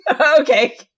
Okay